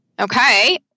Okay